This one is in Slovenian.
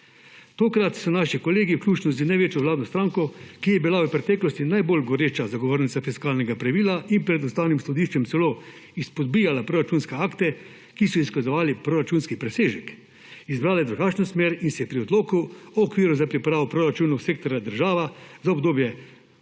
Tokrat so naši kolegi, vključno z največjo vladno stranko, ki je bila v preteklosti najbolj goreča zagovornica fiskalnega pravila in je pred Ustavnim sodiščem celo izpodbijala proračunske akte, ki so izkazovali proračunski presežek, izbrale drugačno smer in se pri odloku o okviru za pripravo poračunov sektorja država za obdobje